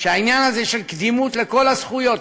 שהעניין הזה של קדימות לכל הזכויות,